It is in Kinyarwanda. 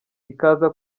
ikaza